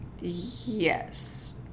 Yes